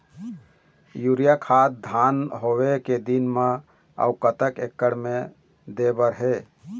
Urea खाद धान बोवे के दिन म अऊ कतक एकड़ मे दे बर हे?